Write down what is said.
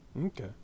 Okay